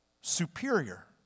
superior